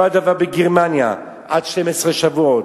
אותו דבר בגרמניה, עד 12 שבועות.